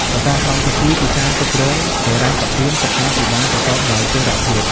សសរស្តម្ភទី២គឺការគ្រប់គ្រងហិរញ្ញប្បទានសុខាភិបាលប្រកបដោយចីរភាព។